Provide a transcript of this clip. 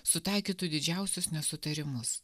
sutaikytų didžiausius nesutarimus